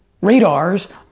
radars